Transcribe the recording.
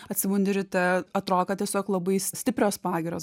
atsibundi ryte atrodo kad tiesiog labai stiprios pagirios